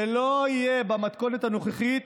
ובמתכונת הנוכחית